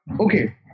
okay